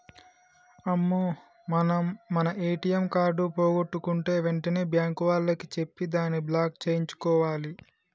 అమ్మో మనం మన ఏటీఎం కార్డు పోగొట్టుకుంటే వెంటనే బ్యాంకు వాళ్లకి చెప్పి దాన్ని బ్లాక్ సేయించుకోవాలి